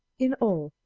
in all,